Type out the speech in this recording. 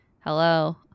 Hello